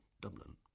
Dublin